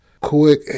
quick